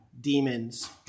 demons